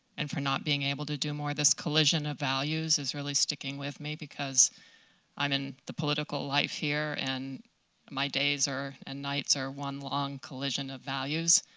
and for not being able to do more? this collision of values is really sticking with me, because i'm in the political life here. and my days and nights are one long collision of values